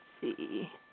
see